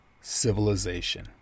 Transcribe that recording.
civilization